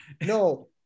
no